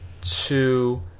two